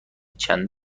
چند